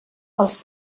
els